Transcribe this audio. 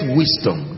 wisdom